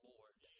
Lord